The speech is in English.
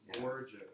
gorgeous